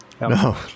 No